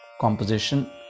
composition